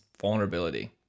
vulnerability